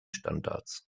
standards